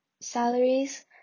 salaries